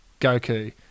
Goku